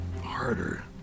harder